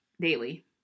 daily